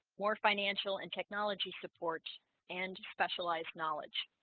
more financial and technology support and specialized knowledge